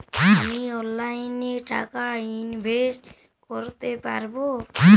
আমি অনলাইনে টাকা ইনভেস্ট করতে পারবো?